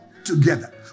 Together